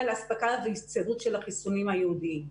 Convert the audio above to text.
לאספקה והצטיידות של החיסונים הייעודיים.